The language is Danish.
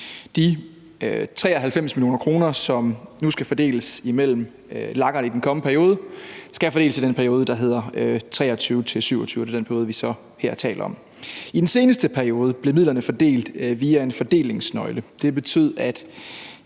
De 93 mio. kr., som nu skal fordeles imellem LAG'erne i den kommende periode, skal fordeles i den periode, der hedder 2023-2027. Det er den periode, vi så her taler om. I den seneste periode blev midlerne fordelt via en fordelingsnøgle. Det betød, at